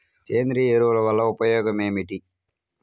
సేంద్రీయ ఎరువుల వల్ల ఉపయోగమేమిటీ?